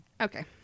Okay